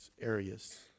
areas